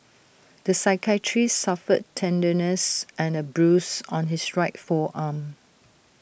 the psychiatrist suffered tenderness and A bruise on his right forearm